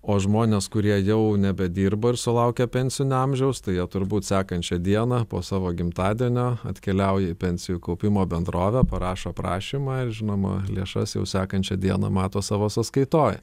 o žmonės kurie jau nebedirba ir sulaukę pensinio amžiaus tai jie turbūt sekančią dieną po savo gimtadienio atkeliauja į pensijų kaupimo bendrovę parašo prašymą ir žinoma lėšas jau sekančią dieną mato savo sąskaitoj